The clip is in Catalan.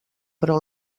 però